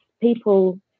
people